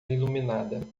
iluminada